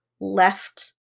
left